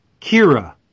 Kira